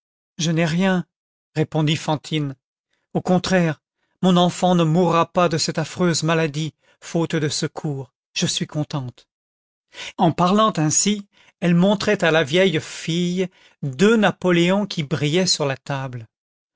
je n'ai rien répondit fantine au contraire mon enfant ne mourra pas de cette affreuse maladie faute de secours je suis contente en parlant ainsi elle montrait à la vieille fille deux napoléons qui brillaient sur la table